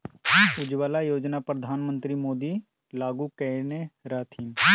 उज्जवला योजना परधान मन्त्री मोदी लागू कएने रहथिन